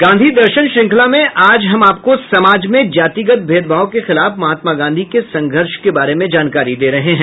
गांधी दर्शन श्रृंखला में आज हम आपको समाज में जातिगत भेदभाव के खिलाफ महात्मा गांधी के संघर्ष के बारे में जानकारी दे रहे हैं